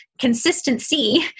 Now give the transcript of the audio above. consistency